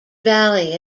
valley